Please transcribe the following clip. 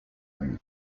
emil